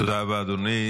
תודה רבה אדוני.